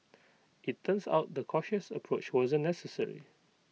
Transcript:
IT turns out the cautious approach wasn't necessary